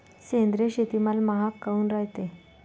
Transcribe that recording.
सेंद्रिय शेतीमाल महाग काऊन रायते?